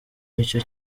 nicyo